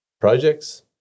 projects